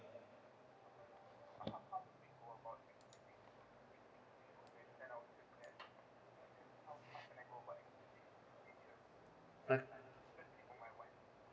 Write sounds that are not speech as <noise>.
<noise>